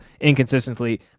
inconsistently